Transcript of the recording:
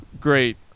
great